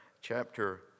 chapter